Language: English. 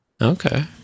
Okay